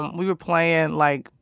we were playing, like,